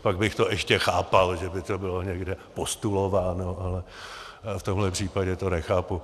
Pak bych to ještě chápal, že by to bylo někde postulováno, ale v tomhle případě to nechápu.